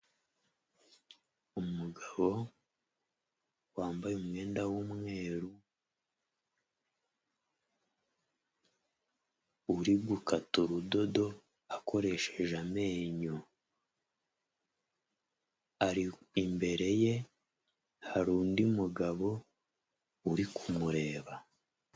Umugabo wambaye umwenda w'umweru, uri gukata urudodo akoresheje amenyo, ari imbere ye, hari undi mugabo uri kumureba.